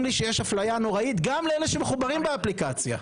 לי יש הפליה נוראית גם לאלה שמחוברים באפליקציה.